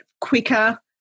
quicker